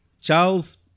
Charles